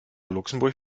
luxemburg